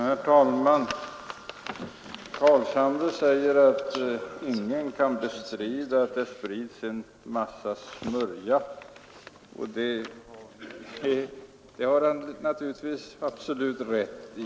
Herr talman! Herr Carlshamre säger att ingen kan bestrida att det finns en massa smörja. Det har han naturligtvis alldeles rätt i.